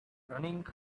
running